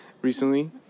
recently